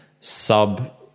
sub